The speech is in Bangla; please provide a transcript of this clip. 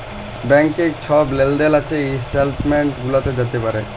ব্যাংকে কি ছব লেলদেল হছে ইস্ট্যাটমেল্ট গুলাতে পাতে হ্যয়